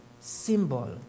symbol